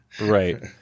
Right